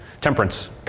Temperance